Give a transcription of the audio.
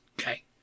Okay